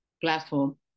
platform